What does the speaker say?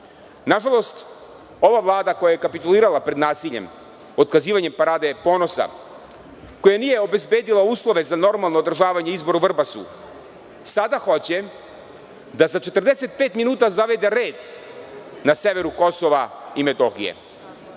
Nažalost ova Vlada koja je kapitulirala pred nasiljem otkazivanjem Parade ponosa, koja nije obezbedila uslove za normalno održavanje izbora u Vrbasu, sada hoće da za 45 minuta zavede red na severu KiM.